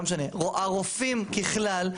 או הרופאים ככלל,